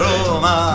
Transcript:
Roma